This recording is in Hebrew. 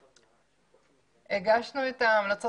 זה לא שייך לזה.